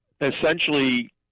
essentially